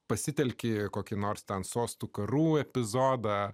pasitelkė kokį nors ten sostų karų epizodą